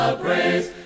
praise